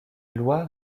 loir